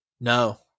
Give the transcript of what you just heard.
no